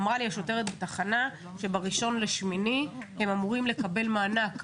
ואמרה לי שוטרת בתחנה שבאחד באוגוסט השוטרים של השטח אמורים לקבל מענק.